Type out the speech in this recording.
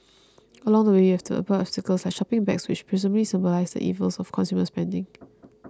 along the way you have to avoid obstacles like shopping bags which presumably symbolise the evils of consumer spending